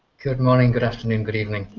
good morning, good afternoon, good evening.